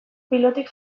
pilotik